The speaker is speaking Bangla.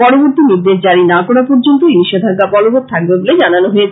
পরবর্তী নির্দেশ জারী না করা পর্য্যন্ত এই নিষেধাজ্ঞা বলবৎ থাকবে বলে জানানো হয়েছে